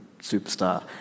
superstar